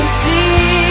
see